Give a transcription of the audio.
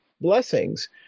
blessings